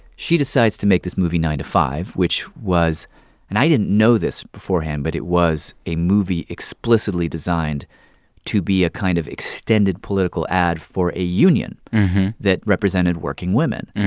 she decides to make this movie, nine to five, which was and i didn't know this beforehand but it was a movie explicitly designed to be a kind of extended political ad for a union that represented working women.